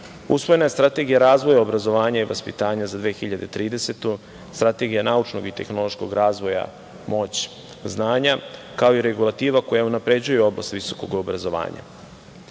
usvojena je Strategija obrazovanja i vaspitanja za 2030. godinu, Strategija naučnog i tehnološkog razvoja „Moć znanja“, kao i regulativa koja unapređuje oblast visokog obrazovanja.